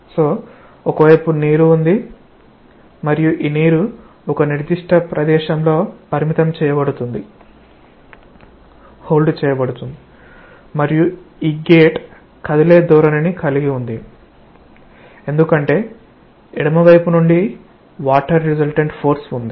కాబట్టి ఒక వైపు నీరు ఉంది మరియు ఈ నీరు ఒక నిర్దిష్ట ప్రదేశంలో పరిమితం చేయబడుతోంది మరియు ఈ గేట్ కదిలే ధోరణిని కలిగి ఉంది ఎందుకంటే ఎడమ వైపు నుండి వాటర్ రిసల్టెంట్ ఫోర్స్ ఉంది